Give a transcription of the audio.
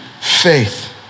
faith